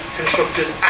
constructors